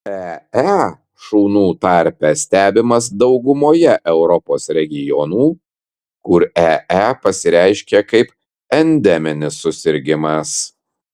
ee šunų tarpe stebimas daugumoje europos regionų kur ee pasireiškia kaip endeminis susirgimas